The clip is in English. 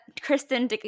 Kristen